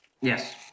Yes